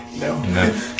No